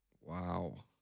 Wow